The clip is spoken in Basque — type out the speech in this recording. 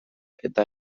eta